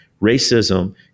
Racism